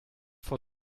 for